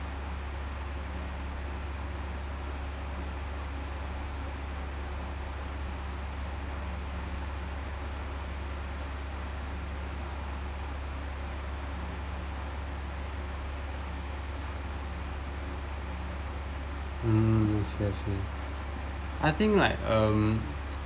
mm I see I see I think like um